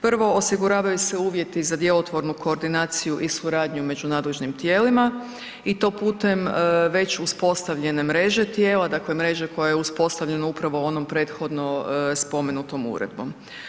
Prvo, osiguravaju se uvjeti za djelotvornu koordinaciju i suradnju u među nadležnim tijelima i to putem već uspostavljene mreže, dakle mreže koja je uspostavljena upravo onom prethodno spomenutom uredbom.